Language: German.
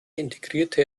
integrierte